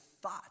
thought